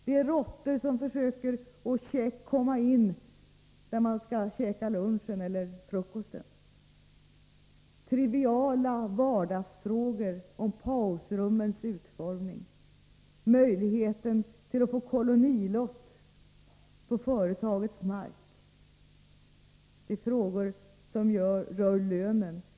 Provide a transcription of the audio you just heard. Det kan gälla råttor som försöker komma in där de anställda skall äta lunch eller frukost. Det är triviala vardagsfrågor, som handlar om pausrummens utformning och om möjligheten att få kolonilott på företagets mark. Det är frågor som rör lönen.